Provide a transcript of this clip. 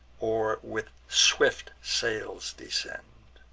or with swift sails descend.